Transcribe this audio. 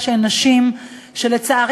אז בואו נשים את זה גם למשאל עם.